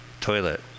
Toilet